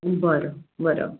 बरं बरं